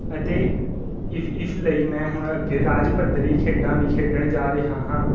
ਅਤੇ ਇਸ ਇਸ ਲਈ ਮੈਂ ਹੁਣ ਅੱਗੇ ਰਾਜ ਪੱਧਰੀ ਖੇਡਾਂ ਵੀ ਖੇਡਣ ਜਾ ਰਿਹਾ ਹਾਂ